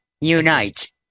Unite